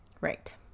right